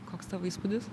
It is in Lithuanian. koks tavo įspūdis